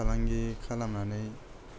फालांगि खालामनानै